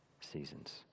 seasons